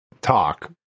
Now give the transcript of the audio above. talk